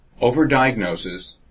Overdiagnosis